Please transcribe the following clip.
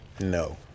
No